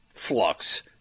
Flux